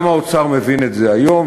גם האוצר מבין את זה היום,